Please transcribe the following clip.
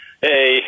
hey